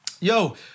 Yo